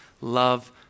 love